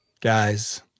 guys